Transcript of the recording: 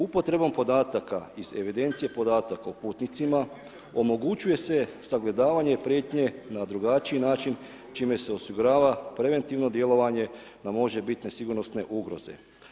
Upotrebom podataka iz evidencije podataka o putnicima, omogućuje se sagledavanje prijetnje na drugačiji način, čime se osigurava preventivno djelovanje na možebitne sigurnosne ugroze.